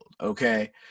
Okay